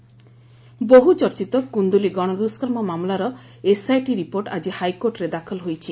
କୁନୁଲି report ବହୁଚଚ୍ଚିତ କୁଦୁଲି ଗଣଦୁଷ୍ଗର୍ମ ମାମଲାର ଏସ୍ଆଇଟି ରିପୋର୍ଟ ଆକି ହାଇକୋର୍ଟରେ ଦାଖଲ ହୋଇଛି